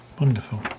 Wonderful